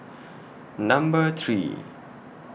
Number three